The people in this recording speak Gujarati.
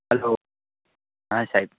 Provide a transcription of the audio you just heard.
હાલો હા સાહેબ